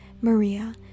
Maria